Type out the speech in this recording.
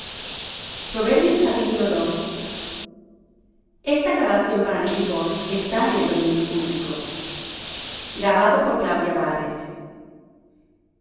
nieve en el